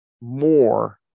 more